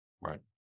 right